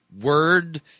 word